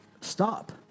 stop